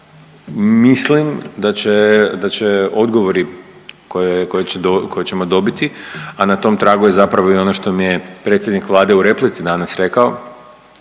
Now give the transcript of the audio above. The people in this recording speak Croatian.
da će, da će odgovori koje ćemo dobiti, a na tom tragu je zapravo i ono što mi je predsjednik Vlade u replici danas rekao,